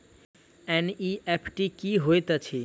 NEFT की होइत अछि?